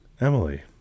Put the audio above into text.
Emily